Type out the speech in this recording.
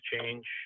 change